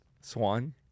Swan